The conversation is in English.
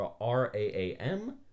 R-A-A-M